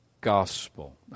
gospel